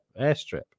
airstrip